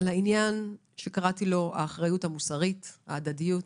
לעניין שקראתי לו האחריות המוסרית, ההדדיות,